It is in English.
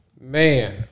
Man